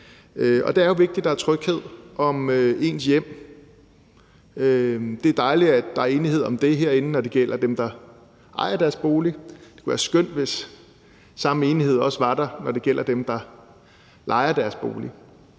Det er jo vigtigt, der er tryghed om ens hjem. Det er dejligt, at der er enighed om det herinde, når det gælder dem, der ejer deres bolig; det kunne være skønt, hvis samme enighed også var der, når det gælder dem, der lejer deres bolig.